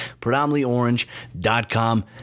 predominantlyorange.com